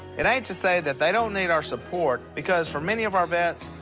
it ain't to say that they don't need our support, because for many of our vets,